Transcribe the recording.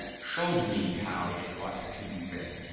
showed me how it ought to be read.